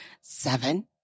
Seven